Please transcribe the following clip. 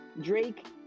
Drake